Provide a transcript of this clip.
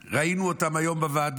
ראינו אותם היום בוועדות,